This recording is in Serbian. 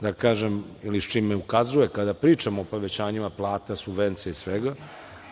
finansija, ili čime mi ukazuje kada pričamo o povećanjima plata, subvencija i svega,